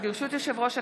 ברשות יושב-ראש הכנסת,